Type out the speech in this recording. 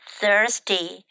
thirsty